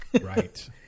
Right